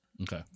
Okay